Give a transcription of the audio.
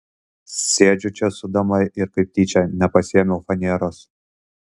sėdžiu čia su dama ir kaip tyčia nepasiėmiau faneros